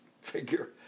figure